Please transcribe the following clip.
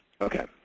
Okay